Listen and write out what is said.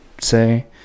say